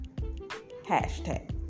Hashtag